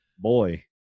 Boy